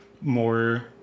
more